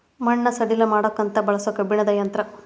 ಮಣ್ಣ ಸಡಿಲ ಮಾಡಾಕಂತ ಬಳಸು ಕಬ್ಬಣದ ಯಂತ್ರಾ